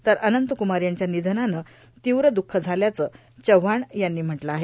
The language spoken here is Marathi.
तर अनंत कुमार यांच्या निधनानं तीव्र दुःख झाल्याचं चव्हाण यांनी म्हटलं आहे